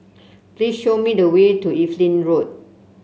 please show me the way to Evelyn Road